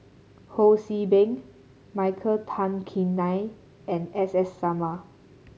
Ho See Beng Michael Tan Kim Nei and S S Sarma